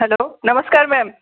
hello નમસ્કાર ma'am